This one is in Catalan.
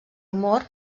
humor